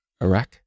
Iraq